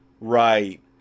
right